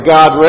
God